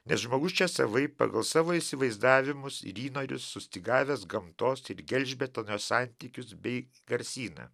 nes žmogus čia savaip pagal savo įsivaizdavimus ir įnorius sustygavęs gamtos ir gelžbetonio santykius bei garsyną